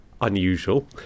unusual